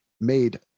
made